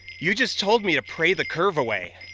you just told me to pray the curve away